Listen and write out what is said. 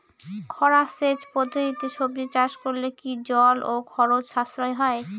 খরা সেচ পদ্ধতিতে সবজি চাষ করলে কি জল ও খরচ সাশ্রয় হয়?